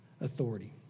authority